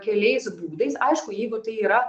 keliais būdais aišku jeigu tai yra